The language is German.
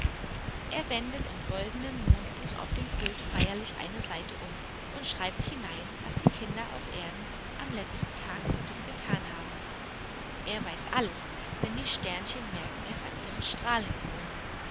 er wendet im goldenen mondbuch auf dem pult feierlich eine seite um und schreibt hinein was die kinder auf erden am letzten tag gutes getan haben er weiß alles denn die sternchen merken es an ihren